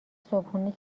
صبحونه